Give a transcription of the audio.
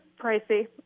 pricey